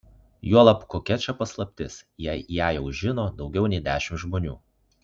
juolab kokia čia paslaptis jei ją jau žino daugiau nei dešimt žmonių